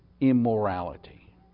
immorality